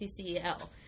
ccel